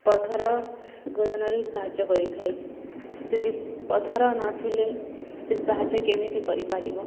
ପଥର ଖୋଦନରେ ସାହାଯ୍ୟ କରିଥାଏ ଯଦି ପଥର ନଥିଲେ ସେ ସାହାଯ୍ୟ କେମିତି କରିପାରିବ